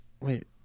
Wait